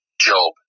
job